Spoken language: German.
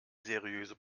seriöse